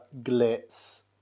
glitz